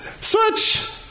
Switch